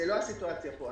זו לא הסיטואציה פה.